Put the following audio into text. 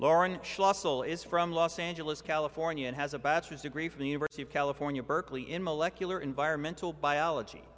lauren is from los angeles california and has a bachelor's degree from the university of california berkeley in molecular environmental biology